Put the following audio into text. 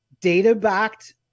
data-backed